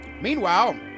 Meanwhile